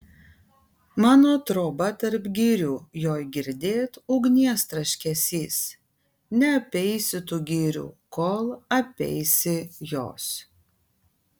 mano troba tarp girių joj girdėt ugnies traškesys neapeisi tų girių kol apeisi jos